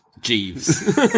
Jeeves